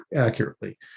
accurately